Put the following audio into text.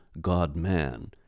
God-man